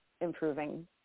improving